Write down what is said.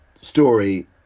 story